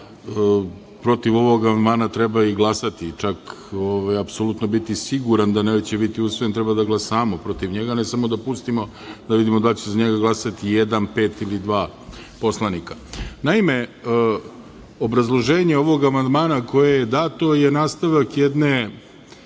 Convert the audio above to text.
protiv ovog amandmana treba i glasati, čak apsolutno biti siguran da neće biti usvojen, treba da glasamo protiv njega, a ne samo da pustimo da vidimo da li će se za njega glasati jedan, pet ili dva poslanika. Naime, obrazloženje ovog amandmana koje je dato je nastavak jedne